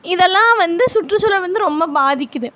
இதெல்லாம் வந்து சுற்றுச்சூழல் வந்து ரொம்ப பாதிக்குது